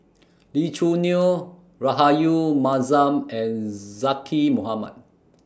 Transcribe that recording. Lee Choo Neo Rahayu Mahzam and Zaqy Mohamad